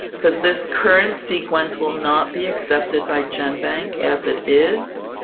because this current sequence will not be accepted by genbank as it is,